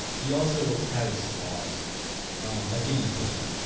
he also had his flaws like any person.